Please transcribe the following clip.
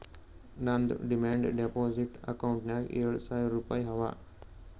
ನಂದ್ demand deposit ಅಕೌಂಟ್ನಾಗ್ ಏಳ್ ಸಾವಿರ್ ರುಪಾಯಿ ಅವಾ